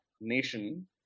nation